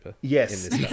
Yes